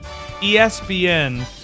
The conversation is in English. ESPN